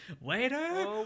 waiter